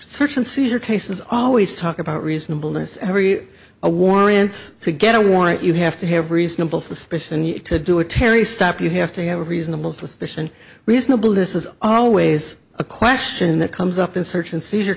search and seizure cases always talk about reasonableness every a warrants to get a warrant you have to have reasonable suspicion you need to do a terry stop you have to have a reasonable suspicion reasonable this is always a question that comes up in search and seizure